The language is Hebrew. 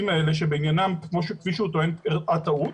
האלה שבגינם כפי שהוא טוען אירעה טעות,